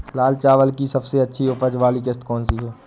लाल चावल की सबसे अच्छी उपज वाली किश्त कौन सी है?